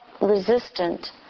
resistant